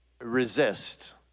resist